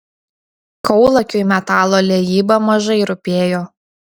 kaulakiui metalo liejyba mažai rūpėjo